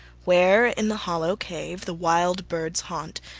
where in the hollow cave, the wild birds' haunt,